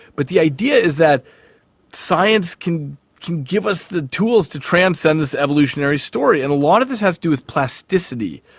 but the idea is that science can can give us the tools to transcend this evolutionary story. and a lot of this has to do with plasticity,